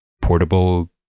portable